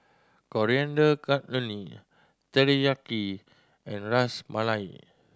Coriander Chutney Teriyaki and Ras Malai